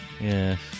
Yes